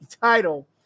title